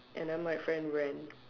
and then my friend ran